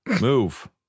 Move